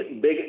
big